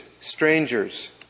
strangers